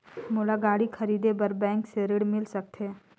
मोला गाड़ी खरीदे बार बैंक ले ऋण मिल सकथे?